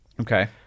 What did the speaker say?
Okay